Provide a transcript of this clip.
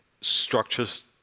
structures